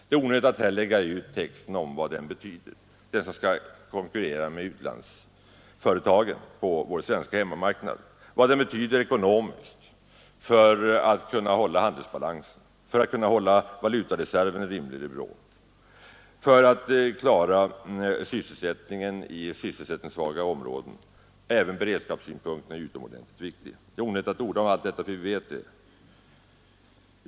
Den skall alltså konkurrera med utlandsföretagen på den svenska marknaden. Vi vet och behöver inte orda om vad den industrin betyder ekonomiskt, för att upprätthålla handelsbalansen, för att hålla valutareserven på rimlig nivå och för att klara sysselsättningen i sysselsättningssvaga områden. Även beredskapssynpunkten är utomordentligt viktig.